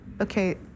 okay